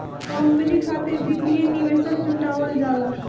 company खातिर वित्तीय निवेशक जुटावल जाला